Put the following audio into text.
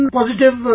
positive